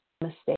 mistake